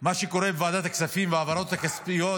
מה שקורה בוועדת הכספים וההעברות הכספיות,